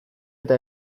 eta